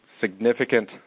significant